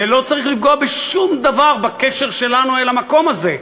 זה לא צריך לפגוע בשום דבר בקשר שלנו אל המקום הזה,